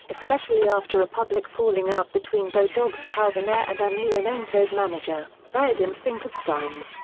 especially after a public falling out between bodog's calvin ayre and emelianenko's manager, vadim finkelstein.